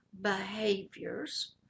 behaviors